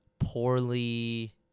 poorly